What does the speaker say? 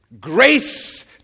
Grace